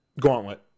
Gauntlet